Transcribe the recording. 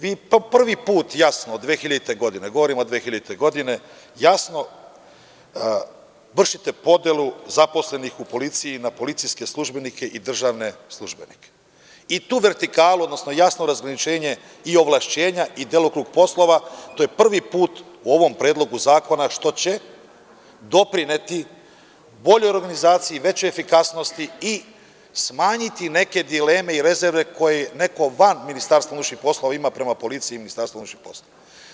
Vi po prvi put jasno od 2000. godine, govorim o 2000. godini, jasno vršite podelu zaposlenih u policiji na policijske službenike i državne službenike i tu vertikalu, odnosno jasno razgraničenje i ovlašćenja i delokrug poslova, to je prvi put u ovom Predlogu zakona što će doprineti boljoj organizaciji, većoj efikasnosti i smanjiti neke dileme i rezerve koje neko van Ministarstva unutrašnjih poslova ima prema policiji i Ministarstvu unutrašnjih poslova.